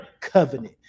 covenant